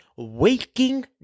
waking